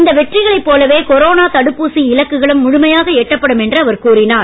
இந்த வெற்றிகளைப் போலவே கொரோனா தடுப்பூசி இலக்குகளும் முழுமையாக எட்டப்படும் என்று அவர் கூறினார்